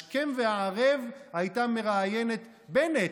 השכם והערב הייתה מראיינת את בנט,